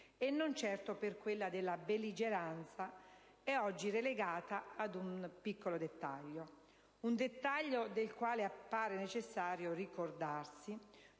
e non certo per quella della belligeranza, è oggi delegata ad un piccolo dettaglio. Si tratta di un dettaglio del quale appare necessario ricordarsi